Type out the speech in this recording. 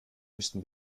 müssten